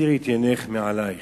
הסירי את יינך מעליך".